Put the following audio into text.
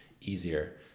easier